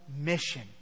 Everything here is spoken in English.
mission